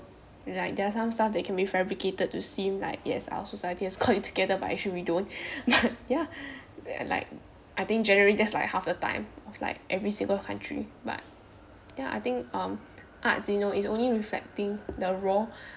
like there are some stuff that can be fabricated to seen like yes our society has called you together but actually we don't but ya and like I think generally that's like half the time of like every single country but ya I think um arts you know is only reflecting the raw